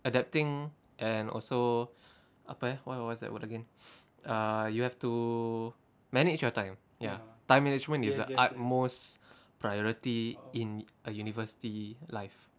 adapting and also apa eh wh~ what's that word again uh you have to manage your time ya time management is the utmost priority in a university life